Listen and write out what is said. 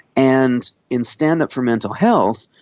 and in stand up for mental health,